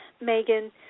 Megan